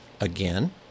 again